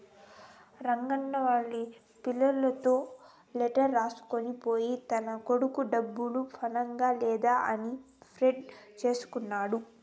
రంగన్న వాళ్లూరి పిల్లోనితో లెటర్ రాసుకొని పోయి తన కొడుకు డబ్బులు పన్నాయ లేదా అని ప్రింట్ తీసుకున్నాడు